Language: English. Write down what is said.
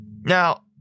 Now